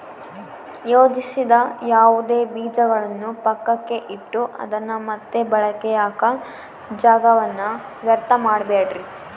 ಯೋಜಿಸದ ಯಾವುದೇ ಬೀಜಗಳನ್ನು ಪಕ್ಕಕ್ಕೆ ಇಟ್ಟು ಅದನ್ನ ಮತ್ತೆ ಬೆಳೆಯಾಕ ಜಾಗವನ್ನ ವ್ಯರ್ಥ ಮಾಡಬ್ಯಾಡ್ರಿ